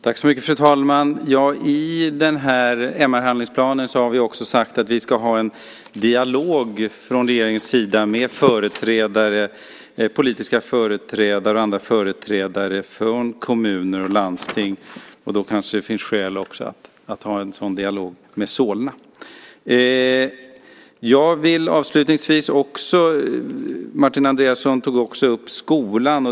Fru talman! I den här MR-handlingsplanen har vi också sagt att vi ska ha en dialog från regeringens sida med politiska företrädare och andra företrädare från kommuner och landsting. Då kanske det finns skäl att ha en sådan dialog också med Solna. Martin Andreasson tog också upp skolan.